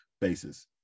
basis